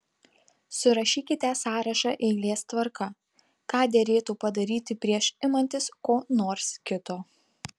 surašykite sąrašą eilės tvarka ką derėtų padaryti prieš imantis ko nors kito